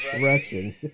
Russian